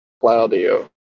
Claudio